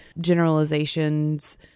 generalizations